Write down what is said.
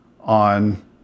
on